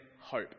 hope